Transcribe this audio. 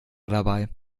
dabei